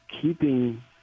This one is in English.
keeping